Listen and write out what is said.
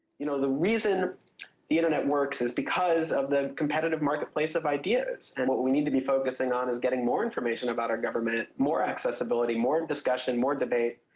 you know the reason internet works is because of the competitive marketplace of ideas. and what we need to be focussing on is getting more information about our government more accessability, more discussion, more debate.